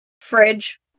fridge